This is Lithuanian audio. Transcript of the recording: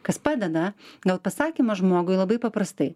kas padeda gal pasakymas žmogui labai paprastai